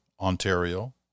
Ontario